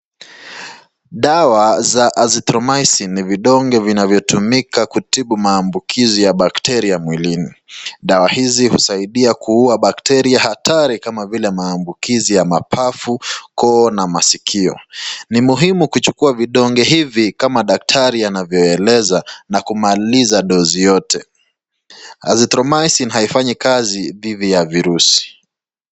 Dawa za [Azithromicine] ni vidonge vinavyotumika kutibu maambukizi ya [bacteria] mwilini. Dawa hizi husaidia kuua [bacteria] hatari kama vile maambukizi ya mapafu, koo na maskio. Ni muhimu kuchukua vidonge hivi kama daktari anavyoeleza na kumaliza [doze] yote. [Azithromicine] haifanyi kazi dhidi ya virusi.